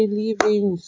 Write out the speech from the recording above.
living